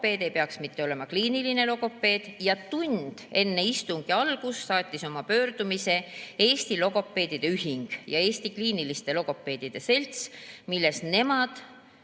"logopeed", ei peaks mitte olema "kliiniline logopeed"? Ja tund enne istungi algust saatsid oma pöördumise Eesti Logopeedide Ühing ja Eesti Kliiniliste Logopeedide Selts, milles nemad